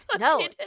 no